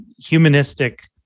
humanistic